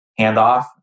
handoff